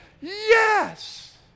yes